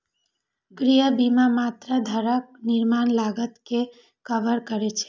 गृह बीमा मात्र घरक निर्माण लागत कें कवर करै छै